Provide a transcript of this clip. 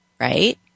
right